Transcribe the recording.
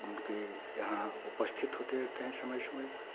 उनके यहाँ उपस्थित होते रहते हैं समय समय पर